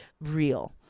real